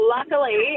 Luckily